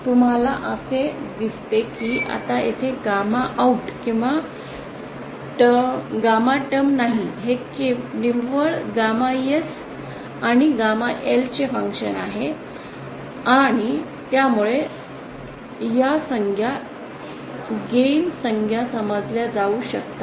तुम्हाला असे दिसते की आता येथे गॅमा आऊट किंवा गॅमा टर्म नाही हे निव्वळ गॅमा एस आणि गॅमा एल चे कार्य आहे आणि त्यामुळे या संज्ञा लाभ संज्ञा समजल्या जाऊ शकतात